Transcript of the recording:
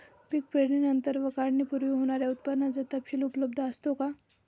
पीक पेरणीनंतर व काढणीपूर्वी होणाऱ्या उत्पादनाचा तपशील उपलब्ध असतो का?